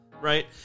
right